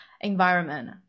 environment